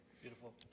Beautiful